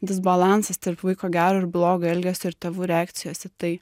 disbalansas tarp vaiko gero ir blogo elgesio ir tėvų reakcijos į tai